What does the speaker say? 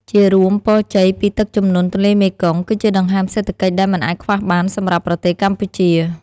ជារួម ពរជ័យពីទឹកជំនន់ទន្លេមេគង្គ គឺជាដង្ហើមសេដ្ឋកិច្ចដែលមិនអាចខ្វះបានសម្រាប់ប្រទេសកម្ពុជា។